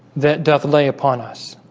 that death lay upon us